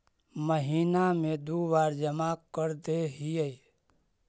महिना मे दु बार जमा करदेहिय?